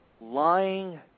lying